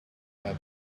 that